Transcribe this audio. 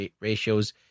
ratios